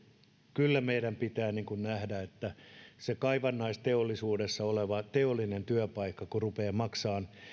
kyllä meidän pitää nähdä että kun se kaivannaisteollisuudessa oleva teollinen työpaikka rupeaa maksamaan